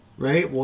Right